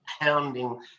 pounding